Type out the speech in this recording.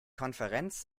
konferenz